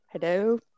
Hello